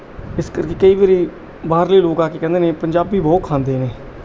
ਇਸ ਕਰਕੇ ਕਈ ਵਾਰੀ ਬਾਹਰਲੇ ਲੋਕ ਆ ਕੇ ਕਹਿੰਦੇ ਨੇ ਪੰਜਾਬੀ ਬਹੁਤ ਖਾਂਦੇ ਨੇ